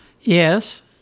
Yes